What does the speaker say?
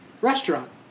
restaurant